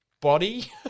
body